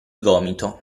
gomito